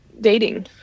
dating